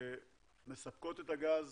שמספקות את הגז,